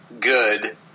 good